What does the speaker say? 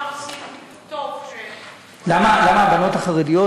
מה עושים טוב --- למה הבנות החרדיות?